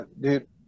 dude